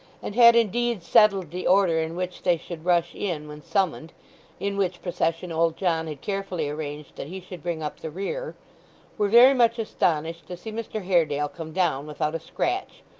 and had indeed settled the order in which they should rush in when summoned in which procession old john had carefully arranged that he should bring up the rear were very much astonished to see mr haredale come down without a scratch,